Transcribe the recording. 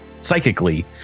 psychically